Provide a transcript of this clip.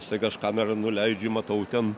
staiga aš kamerą nuleidžiu matau ten